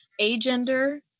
agender